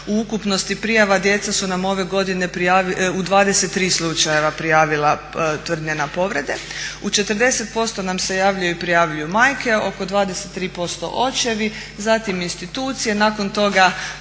u ukupnosti prijava djeca su nam ove godine prijavila u 23 slučajeva tvrdnje na povrede. U 40% nam se javljaju i prijavljuju majke, oko 23% očevi, zatim institucije, nakon toga